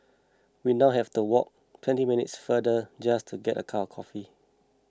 we now have to walk twenty minutes farther just to get a cup of coffee